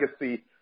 legacy